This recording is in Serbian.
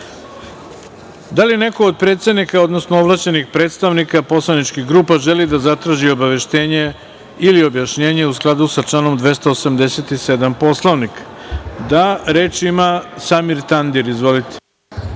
li neko od predsednika, odnosno ovlašćenih predstavnika poslaničkih grupa želi da zatraži obaveštenje ili objašnjenje u skladu sa članom 287. Poslovnika? (Da.)Reč ima Samir Tandir. Izvolite.